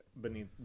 beneath